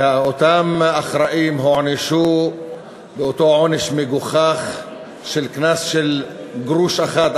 ואותם אחראים הוענשו באותו עונש מגוחך של קנס של גרוש אחד,